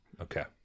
Okay